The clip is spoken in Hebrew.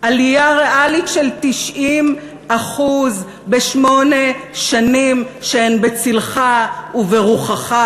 עלייה ריאלית של 90% בשמונה שנים שהן בצלך וברוחך,